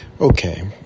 Okay